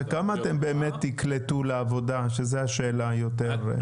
וכמה אתם באמת תקלטו לעבודה, שזו השאלה יותר?